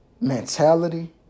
mentality